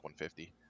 $150